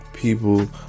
People